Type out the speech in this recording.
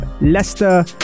leicester